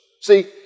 See